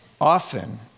often